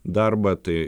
darbą tai